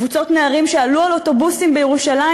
קבוצות נערים שעלו על אוטובוסים בירושלים